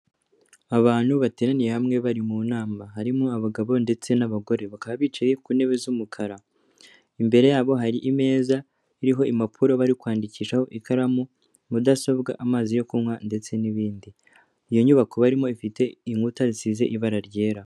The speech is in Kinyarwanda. Abantu bateraniye hamwe bari mu nama, harimo abagabo ndetse n'abagore, bakaba bicaye ku ntebe z'umukara, imbere yabo hari ameza iriho impapuro, bari kwandikishaho ikaramu, mudasobwa, amazi yo kunywa ndetse n'ibindi, iyo nyubako barimo ifite inkuta zisize ibara ryera.